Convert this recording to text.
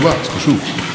זה חשוב.